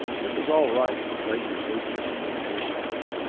it was all right for pleasure seekers and vacationists,